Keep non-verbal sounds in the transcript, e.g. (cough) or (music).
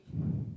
(breath)